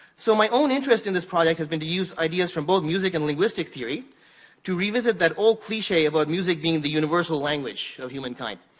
so, my own interest in this project has been to use ideas from both music and linguistic theory to revisit that old cliche about music being the universal language of humankind.